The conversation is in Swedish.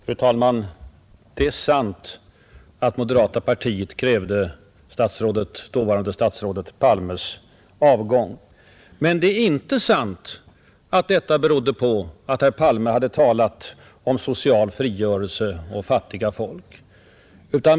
Fru talman! Det är sant att moderata samlingspartiet krävde dåvarande statsrådet Palmes avgång. Men det är inte sant att detta berodde på att herr Palme hade talat om social frigörelse och fattiga folk.